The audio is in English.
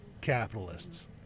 capitalists